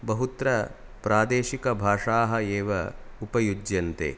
बहुत्र प्रादेशिकभाषाः एव उपयुज्यन्ते